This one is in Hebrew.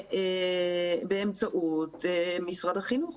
באמצעות משרד החינוך,